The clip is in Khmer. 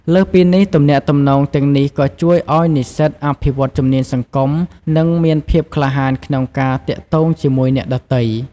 លើសពីនេះ ទំនាក់ទំនងទាំងនេះក៏ជួយឱ្យនិស្សិតអភិវឌ្ឍជំនាញសង្គម និងមានភាពក្លាហានក្នុងការទាក់ទងជាមួយអ្នកដទៃ។